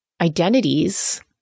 identities